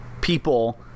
people